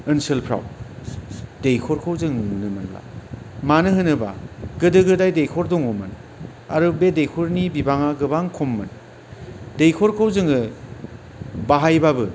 ओनसोलफोराव दैखरखौ जों नुनो मोनला मानो होनोबा गोदो गोदाय दैखर दङमोन आरो बे दैखरनि बिबाङा गोबां खममोन दैखरखौ जोङो बाहायबाबो